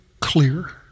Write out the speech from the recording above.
clear